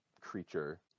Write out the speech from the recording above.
creature